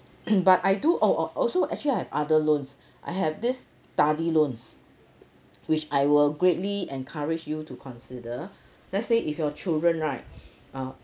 but I do oh a~ also actually I have other loans I have this study loans which I will greatly encourage you to consider let's say if your children right uh